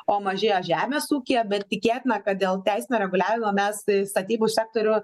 o mažėjo žemės ūkyje bet tikėtina kad dėl teisinio reguliavimo mes tai statybų sektorių